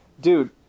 dude